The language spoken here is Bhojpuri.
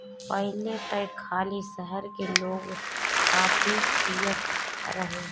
पहिले त खाली शहर के लोगे काफी पियत रहे